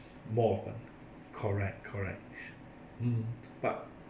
more often correct correct mm but